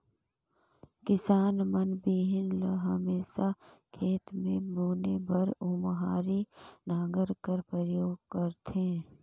किसान मन बीहन ल हमेसा खेत मे बुने बर ओन्हारी नांगर कर परियोग करथे